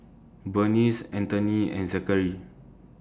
Berniece Anthoney and Zackary